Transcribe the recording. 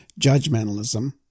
judgmentalism